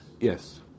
Yes